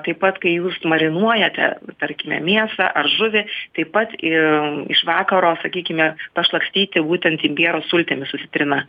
taip pat kai jūs marinuojate tarkime mėsą ar žuvį taip pat iii iš vakaro sakykime pašlakstyti būtent imbiero sultimis su citrina